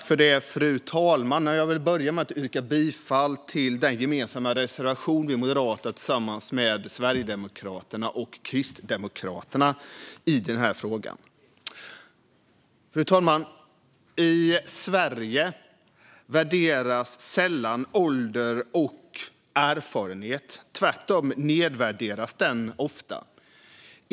Fru talman! Jag vill börja med att yrka bifall till den reservation som vi moderater har tillsammans med Sverigedemokraterna och Kristdemokraterna i den här frågan. Fru talman! I Sverige värderas sällan ålder och erfarenhet. Tvärtom nedvärderas detta ofta.